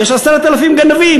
יש 10,000 גנבים,